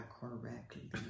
correctly